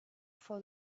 for